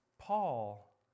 Paul